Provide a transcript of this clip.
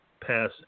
pass